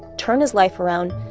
turn his life around,